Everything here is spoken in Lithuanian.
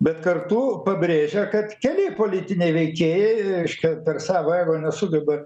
bet kartu pabrėžia kad keli politiniai veikėjai reiškia per savo ego nesugeba